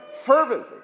fervently